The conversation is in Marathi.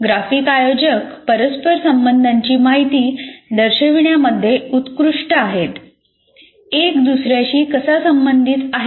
ग्राफिक आयोजक परस्पर संबंधांची माहिती दर्शविण्यामध्ये उत्कृष्ट आहेतः एक दुसर्याशी कसा संबंधित आहे